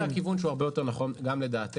זה לגמרי כיוון שהוא הרבה יותר נכון גם לדעתנו.